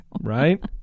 Right